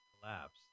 collapsed